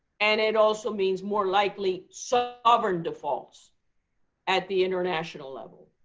and it also means more likely sovereign defaults at the international level.